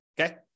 Okay